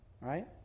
right